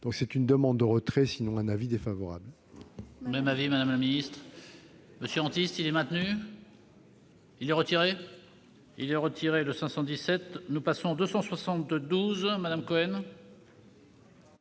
donc une demande de retrait ; sinon, avis défavorable.